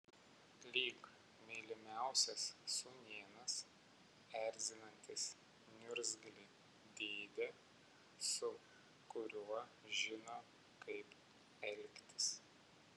lyg mylimiausias sūnėnas erzinantis niurzglį dėdę su kuriuo žino kaip elgtis